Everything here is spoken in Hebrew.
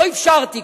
לא אפשרתי,